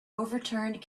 overturned